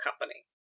company